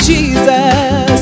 Jesus